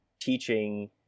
teaching